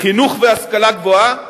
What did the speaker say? חינוך והשכלה גבוהה,